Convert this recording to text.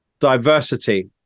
diversity